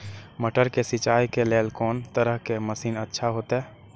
मटर के सिंचाई के लेल कोन तरह के मशीन अच्छा होते?